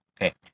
Okay